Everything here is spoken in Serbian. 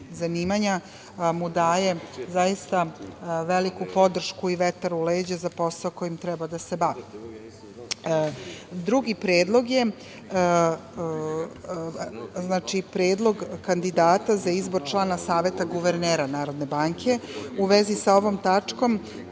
zanimanja, mu daje zaista veliku podršku i vetar u leđa za posao kojim treba da se bavi. Drugi predlog je predlog kandidata za izbor člana Saveta guvernera NBS. U vezi sa ovom tačkom